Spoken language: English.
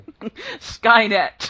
Skynet